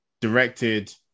directed